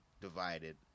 divided